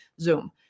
Zoom